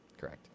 Correct